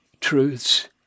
truths